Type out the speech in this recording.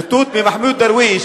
ציטוט ממחמוד דרוויש.